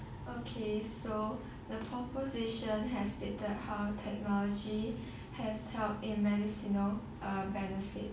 okay so the proposition has stated how technology has helped immense you know( uh) benefit